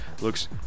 looks